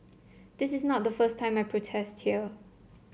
this is not the first time I protest here